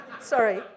Sorry